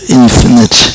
infinite